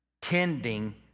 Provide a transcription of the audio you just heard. tending